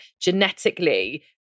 genetically